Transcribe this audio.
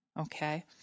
Okay